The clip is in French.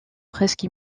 presque